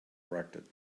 erected